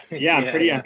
yeah, i'm pretty and